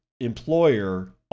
employer